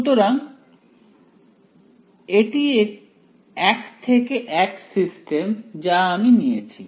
সুতরাং এটি এক থেকে এক সিস্টেম যা আমি নিয়েছি